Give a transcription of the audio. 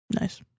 Nice